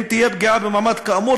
אם תהיה פגיעה במעמד כאמור,